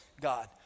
God